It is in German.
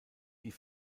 die